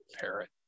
Parrot